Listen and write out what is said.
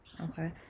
okay